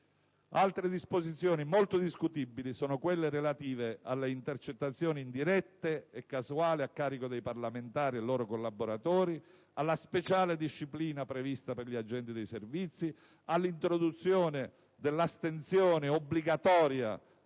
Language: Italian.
Altre disposizioni molto discutibili sono quelle relative alle intercettazioni indirette e casuali a carico dei parlamentari e loro collaboratori, alla speciale disciplina prevista per gli agenti dei servizi, all'introduzione dell'astensione obbligatoria